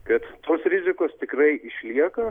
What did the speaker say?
kad tos rizikos tikrai išlieka